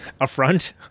affront